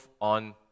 on